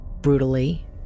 brutally